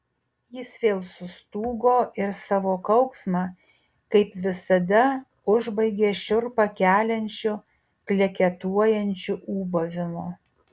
jis vėl sustūgo ir savo kauksmą kaip visada užbaigė šiurpą keliančiu kleketuojančiu ūbavimu